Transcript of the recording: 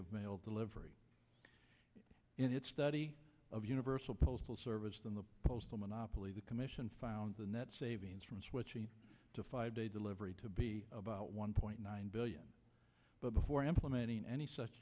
of mail delivery and its study of universal postal service than the postal monopoly the commission found the net savings from switching to five day delivery to be about one point nine billion but before implementing any